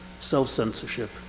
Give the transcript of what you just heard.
self-censorship